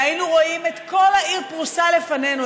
והיינו רואים את כל העיר פרושה לפנינו,